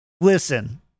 Listen